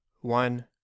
one